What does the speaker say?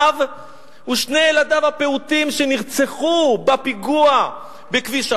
האב ושני ילדיו הפעוטים שנרצחו בפיגוע בכביש החוף,